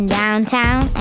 downtown